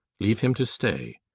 leave him to stay.